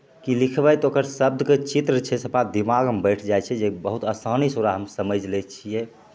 कि लिखबै तऽ ओकर शब्दके चित्र छै से हमरा दिमागमे बैठि जाइ छै जे बहुत आसानीसे ओकरा हम समझि लै छिए